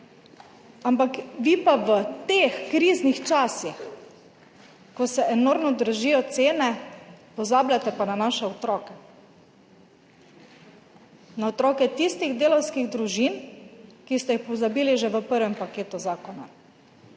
dali. Vi pa v teh kriznih časih, ko se enormno dražijo cene, pozabljate na naše otroke. Na otroke tistih delavskih družin, ki ste jih pozabili že v prvem paketu zakona.